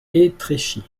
étréchy